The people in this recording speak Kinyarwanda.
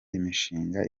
imishinga